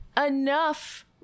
enough